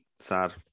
sad